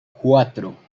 cuatro